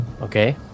Okay